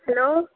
hello